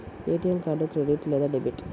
ATM card credit లేదా debit?